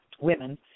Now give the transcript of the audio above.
women